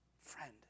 Friend